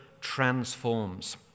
transforms